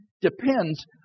depends